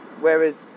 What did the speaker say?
Whereas